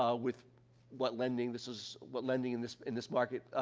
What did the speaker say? ah with what lending this is what lending in this in this market,